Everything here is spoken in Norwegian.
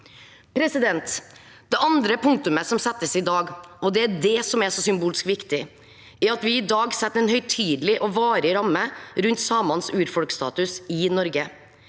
§ 108. Det andre punktumet som settes i dag, og det er det som er så symbolsk viktig, er at vi i dag setter en høytidelig og varig ramme rundt samenes urfolksstatus i Norge.